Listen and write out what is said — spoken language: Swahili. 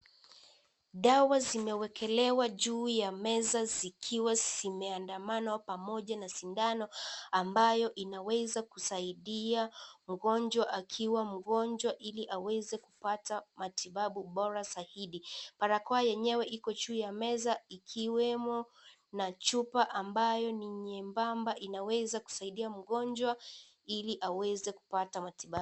Dawa zimewekelewa juu ya meza zikiwa zimeandamana pamoja na sindano. Ambayo inaweza kusaidia ugonjwa akiwa mgonjwa ili aweze kupata matibabu bora zaidi. Barakoa yenyewe iko juu ya meza ikiwemo na chupa ambayo ni nyembamba. Inaweza kusaidia mgonjwa ili aweza kupata matibabu.